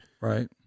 right